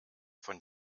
von